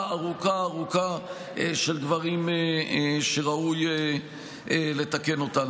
ארוכה ארוכה של דברים שראוי לתקן אותם.